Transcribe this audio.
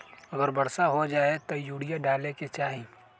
अगर वर्षा हो जाए तब यूरिया डाले के चाहि?